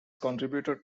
contributed